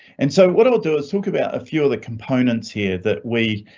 and so what i'll do is talk about a few of the components here that we